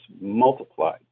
multiplied